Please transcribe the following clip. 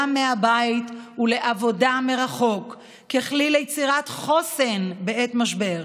מהבית ולעבודה מרחוק ככלי ליצירת חוסן בעת משבר.